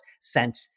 sent